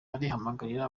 arahamagarira